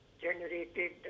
generated